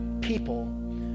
people